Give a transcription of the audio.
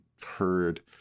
heard